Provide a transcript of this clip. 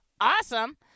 Awesome